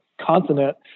continent